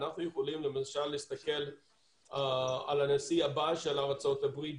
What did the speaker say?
אנחנו יכולים להסתכל על הנשיא הבא של ארצות הברית,